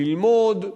ללמוד,